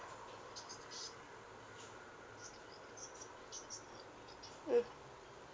mm